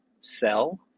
sell